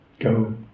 go